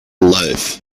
loaf